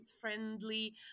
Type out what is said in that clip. friendly